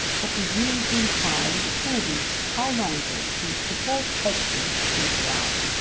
for presuming to inquire with a timid interest how long it is since the poor president went down.